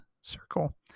circle